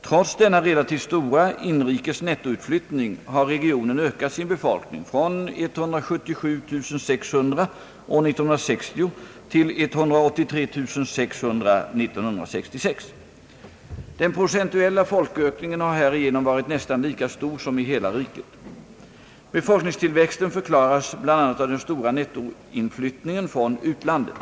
Trots denna relativt stora inrikes nettoutflyttning har regionen ökat sin befolkning från 177600 år 1960 till 183 600 år 1966. Den procentuella folkökningen har härigenom varit nästan lika stor som i hela riket. Befolkningstillväxten förklaras bl.a. av den stora nettoinflyttningen från utlandet.